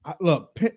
Look